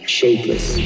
shapeless